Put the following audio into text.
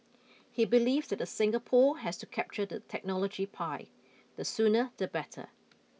He believes that the Singapore has to capture the technology pie the sooner the better